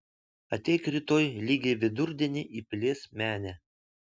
ateik rytoj lygiai vidurdienį į pilies menę